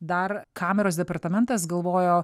dar kameros departamentas galvojo